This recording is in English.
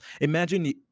Imagine